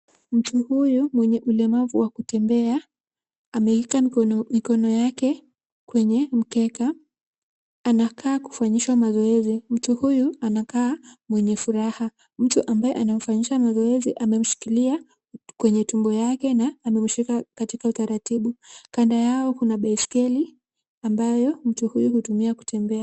Mtu huyu mwenye ulemavu wa kutembea ameika mikono yake kwenye mkeka. Anakaa kufanyishwa mazoezi. Mtu huyu anakaa mwenye furaha. Mtu ambaye anamfanyisha mazoezi amemshikilia kwenye tumbo yake na amemshika katika utaratibu. Kando yao kuna baiskeli ambayo mtu huyu hutumia kutembea.